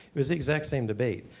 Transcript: it was the exact same debate.